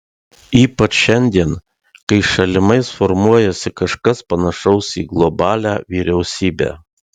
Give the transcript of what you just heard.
ypač šiandien kai šalimais formuojasi kažkas panašaus į globalią vyriausybę